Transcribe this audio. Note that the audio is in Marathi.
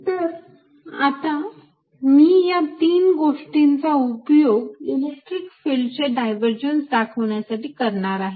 तर आता मी या तीन गोष्टींचा उपयोग इलेक्ट्रिक फिल्डचे डायव्हर्जन्स दाखवण्यासाठी करणार आहे